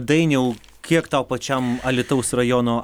dainiau kiek tau pačiam alytaus rajono